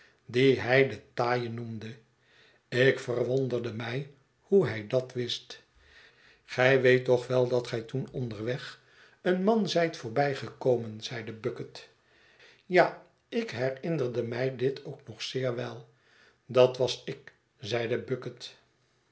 dien hij den taaie noemde ik verwonderde mij hoe hij dat wist gij weet toch wel dat gij toen onderweg een man zijt voorbijgekomen zeide bucket ja ik herinnerde mij dit ook nog zeer wel dat was ik zeide